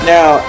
Now